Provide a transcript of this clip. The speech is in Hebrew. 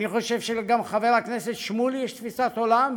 אני חושב שגם לחבר הכנסת שמולי יש תפיסת עולם,